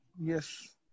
Yes